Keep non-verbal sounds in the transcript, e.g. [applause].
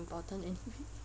not important [laughs]